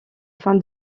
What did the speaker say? fin